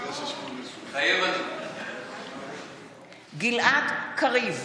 מתחייב אני גלעד קריב,